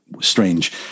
strange